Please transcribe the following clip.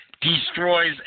destroys